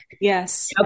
Yes